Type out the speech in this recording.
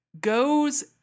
goes